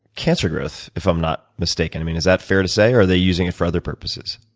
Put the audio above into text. cancer growth, if i'm not mistaken. i mean, is that fair to say, or are they using it for other purposes?